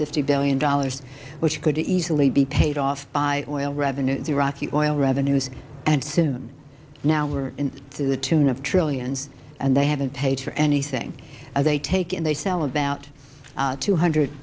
fifty billion dollars which could easily be paid off by oil revenues the iraqi oil revenues and soon now we're in to the tune of trillions and they haven't paid for anything as they take in they sell about two hundred